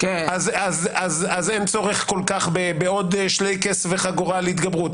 אז אין צורך כל כך בעוד שלייקעס וחגורה להתגברות.